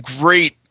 great